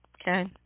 Okay